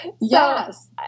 yes